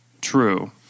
true